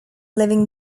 living